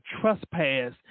trespass